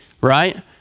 right